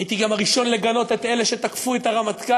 הייתי גם הראשון לגנות את אלה שתקפו את הרמטכ"ל,